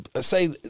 say